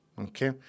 okay